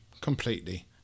completely